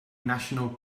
national